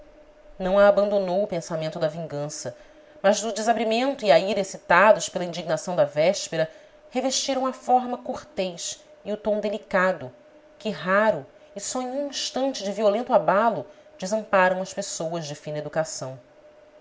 a abandonou o pensamento da vingança mas o desabrimento e a ira excitados pela indignação da véspera revestiram a forma cortês e o tom delicado que raro e só em um instante de violento abalo desamparam as pessoas de fina educação